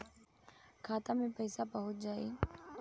खाता मे पईसा पहुंच जाई